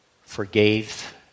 forgave